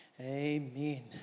Amen